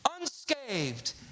unscathed